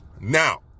Now